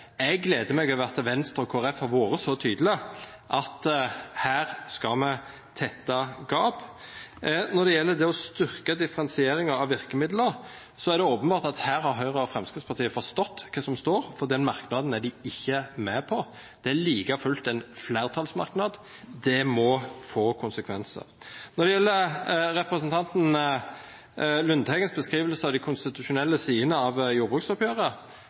Eg gleder meg over at Venstre og Kristeleg Folkeparti har vore så tydelege på at her skal ein tetta gap. Når det gjeld det å styrkja differensieringa av verkemidla, er det openbert at her har Høgre og Framstegspartiet forstått kva som står, for den merknaden er dei ikkje med på. Det er like fullt ein fleirtalsmerknad. Det må få konsekvensar. Når det gjeld representanten Lundteigens beskriving av dei konstitusjonelle sidene av jordbruksoppgjeret,